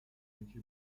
luigi